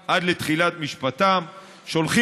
את השלמת הליכי חקיקתו עד סוף חודש